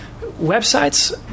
Websites